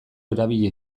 erabili